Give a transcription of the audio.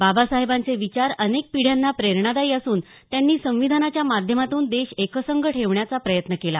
बाबासाहेबांचे विचार अनेक पिढ्यांना प्रेरणादायी असून त्यांनी संविधानाच्या माध्यमातून देश एकसंघ ठेवण्याचा प्रयत्न केला